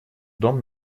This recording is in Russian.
дом